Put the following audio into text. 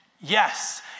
Yes